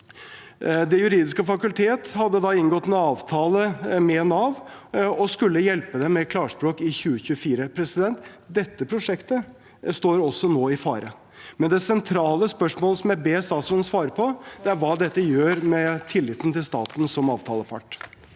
Det juridiske fakultet hadde inngått en avtale med Nav og skulle hjelpe dem med klarspråk i 2024. Dette prosjektet står også nå i fare. Det sentrale spørsmålet som jeg ber statsråden svare på, er hva dette gjør med tilliten til staten som avtalepart.